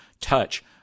touch